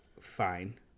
fine